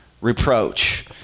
reproach